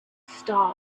star